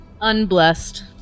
Unblessed